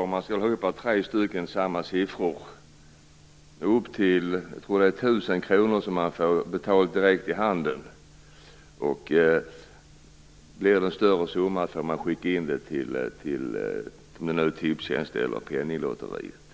Om man får tre gånger samma siffra får man upp till 1 000 kr betalt direkt i handen. Blir det större summa får man vända sig till Tipstjänst eller Penninglotteriet.